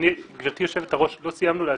גבירתי יושבת הראש, לא סיימנו להציג.